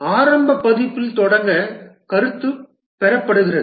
ஆரம்ப பதிப்பில் தொடங்க கருத்து பெறப்படுகிறது